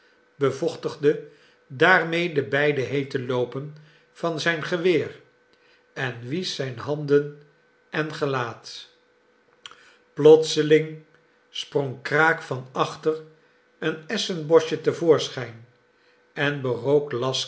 bevochtigde daarmee de beide heete loopen van zijn geweer en wiesch zich handen en gelaat plotseling sprong kraak van achter een essenboschje te voorschijn en berook laska